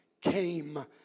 came